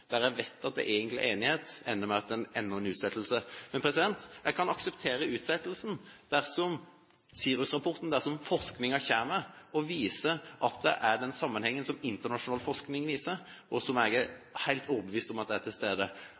der jeg vet at det egentlig er enighet, ender med enda en utsettelse. Men jeg kan akseptere utsettelsen dersom SIRUS-rapporten og forskningen viser at det er en sammenheng, som internasjonal forskning viser, som jeg er helt overbevist om er til stede,